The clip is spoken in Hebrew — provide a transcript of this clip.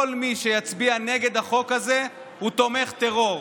כל מי שיצביע נגד החוק הזה הוא תומך טרור.